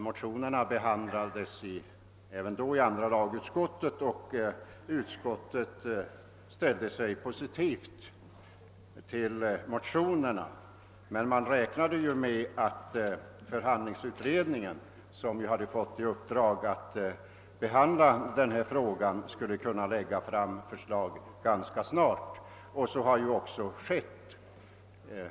Motionerna behandlades även då i andra lagutskottet, och utskottet ställde sig positivt till dem. Man räknade emellertid med att förhandlingsutredningen som fått i uppdrag att behandla denna fråga skulle kunna lägga fram förslag ganska snart, och så har ju även skett.